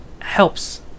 helps